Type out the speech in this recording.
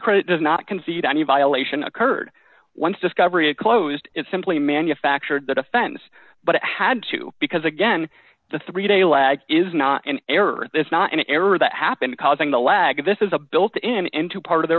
credit does not concede any violation occurred once discovery a closed it simply manufactured the defense but it had to because again the three day lag is not an error it's not an error that happened causing the lag of this is a built in into part of their